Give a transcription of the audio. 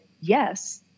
yes